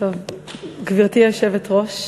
גברתי היושבת-ראש,